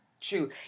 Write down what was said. true